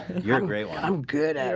you're a great one i'm good